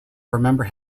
remember